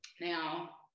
now